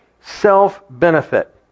self-benefit